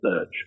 search